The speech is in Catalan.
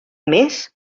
més